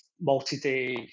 multi-day